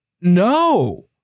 No